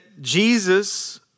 Jesus